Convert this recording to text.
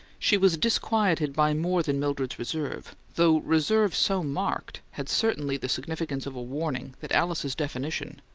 she was disquieted by more than mildred's reserve, though reserve so marked had certainly the significance of a warning that alice's definition,